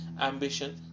ambition